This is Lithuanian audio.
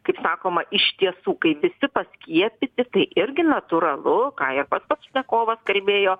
kaip sakoma iš tiesų kai visi paskiepyti irgi natūralu ką ir pats pašnekovas kalbėjo